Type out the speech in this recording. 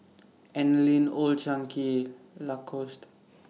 Anlene Old Chang Kee Lacoste